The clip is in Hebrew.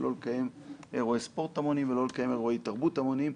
לא לקיים אירועי ספורט המוניים ולא לקיים אירועי תרבות המוניים,